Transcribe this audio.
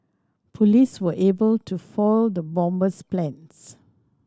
police were able to foil the bomber's plans